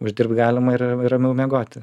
uždirbt galima ir ramiau miegoti